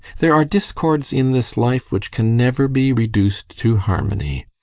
there are discords in this life which can never be reduced to harmony.